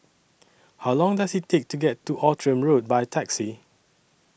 How Long Does IT Take to get to Outram Road By Taxi